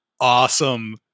Awesome